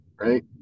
right